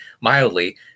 mildly